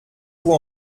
vous